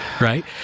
right